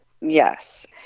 Yes